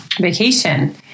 vacation